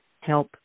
help